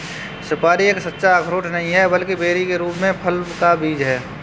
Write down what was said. सुपारी एक सच्चा अखरोट नहीं है, बल्कि बेरी के रूप में फल का बीज है